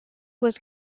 was